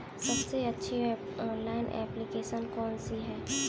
सबसे अच्छी online application कौन सी है?